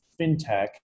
fintech